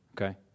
Okay